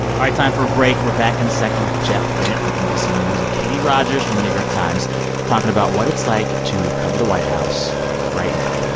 time for break. we're back in a second with geoff bennett from nbc news and katie rogers from the new york times talking about what it's like to cover the white house right now.